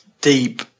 deep